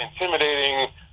intimidating